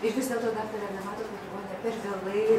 ir vis dėlto daktare ar nematot kad ligoninė per vėlai